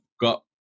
got